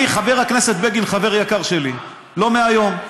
אני, חבר הכנסת בגין הוא חבר יקר שלי, לא מהיום.